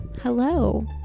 hello